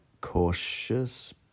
cautious